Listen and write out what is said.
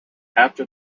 after